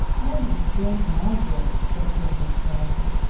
i have enjoyed my day, said little miss thrasher,